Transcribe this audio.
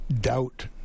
doubt